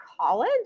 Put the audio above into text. college